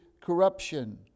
corruption